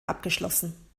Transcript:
abgeschlossen